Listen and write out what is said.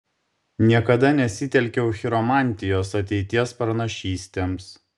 niekada nesitelkiau chiromantijos ateities pranašystėms